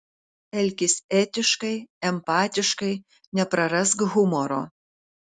elkis etiškai empatiškai neprarask humoro